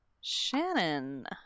Shannon